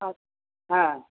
আচ্ছা হ্যাঁ